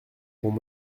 pour